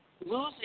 losing